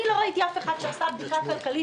אני לא ראיתי אף אחד שעשה בדיקה כלכלית,